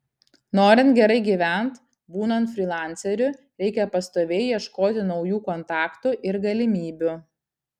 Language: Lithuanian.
norint gerai gyvent būnant frylanceriu reikia pastoviai ieškoti naujų kontaktų ir galimybių